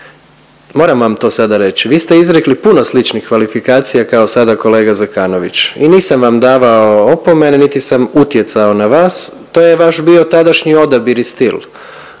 Moram vam to sada reći, vi ste izrekli puno sličnih kvalifikacija kao sada kolega Zekanović i nisam vam davao opomene, niti sam utjecao na vas, to je vaš bio tadašnji odabir i stil.